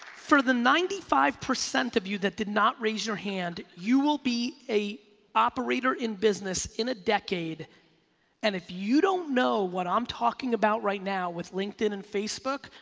for the ninety five percent of you that did not raise your hand, you will be a operator in business in a decade and if you don't know what i'm talking about right now with linkedin and facebook,